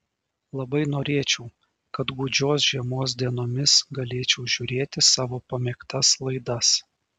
labai norėčiau kad gūdžios žiemos dienomis galėčiau žiūrėti savo pamėgtas laidas